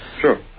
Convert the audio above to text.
Sure